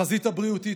החזית הבריאותית,